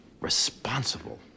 responsible